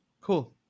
Cool